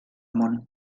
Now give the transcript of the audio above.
món